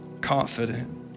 confident